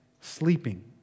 Sleeping